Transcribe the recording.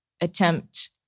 attempt